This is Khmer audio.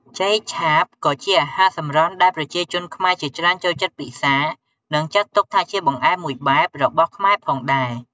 ចេកឆាបក៏ជាអាហារសម្រន់ដែលប្រជាជនខ្មែរជាច្រើនចូលចិត្តពិសា និងចាត់ទុកថាជាបង្អែមមួយបែបរបស់ខ្មែរផងដែរ។